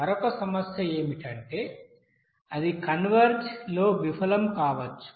మరొక సమస్య ఏమిటంటే అది కన్వర్జ్ లో విఫలం కావచ్చు